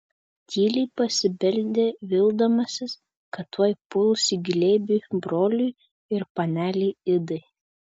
tyliai pasibeldė vildamasis kad tuoj puls į glėbį broliui ir panelei idai